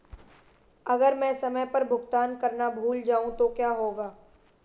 अगर मैं समय पर भुगतान करना भूल जाऊं तो क्या होगा?